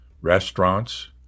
restaurants